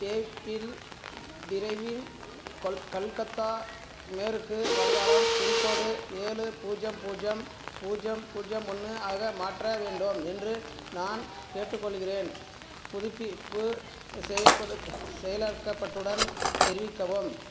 பேப்பிள் driving கொல் கல்கத்தா மேற்கு வங்காளம் பின்கோடு ஏழு பூஜ்ஜியம் பூஜ்ஜிம் பூஜ்ஜியம் பூஜ்ஜியம் ஒன்று ஆக மாற்ற வேண்டும் என்று நான் கேட்டுக்கொள்கிறேன் புதுப்பிப்பு செயல்படுத்த செயலாக்கப்பட்டுடன் தெரிவிக்கவும்